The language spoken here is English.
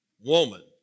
Woman